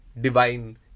Divine